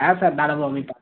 হ্যাঁ স্যার দাঁড়াবো আমি